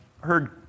heard